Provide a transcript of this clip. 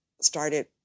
started